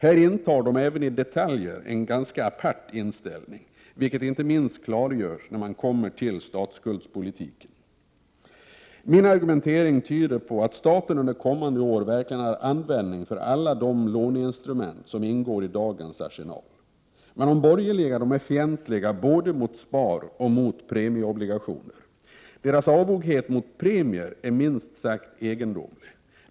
Här intar de även i detaljer en ganska apart inställning, vilket inte minst klargörs när de kommer till statsskuldspolitiken. Min argumentering tyder på att staten under kommande år verkligen har användning för alla de låneinstrument som ingår i dagens arsenal. Men de borgerliga är fientliga både mot sparoch mot premieobligationer. Deras avoghet mot premier är minst sagt egendomlig.